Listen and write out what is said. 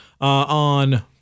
on